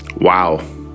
Wow